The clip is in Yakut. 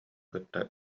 кытта